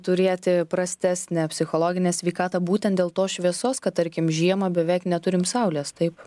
turėti prastesnę psichologinę sveikatą būtent dėl to šviesos kad tarkim žiemą beveik neturim saulės taip